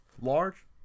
large